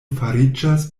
fariĝas